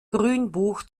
grünbuch